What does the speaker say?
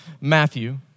Matthew